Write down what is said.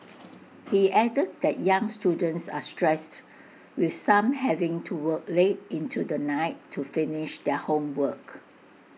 he added that young students are stressed with some having to work late into the night to finish their homework